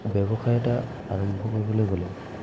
ব্যৱসায় এটা আৰম্ভ কৰিবলৈ গ'লে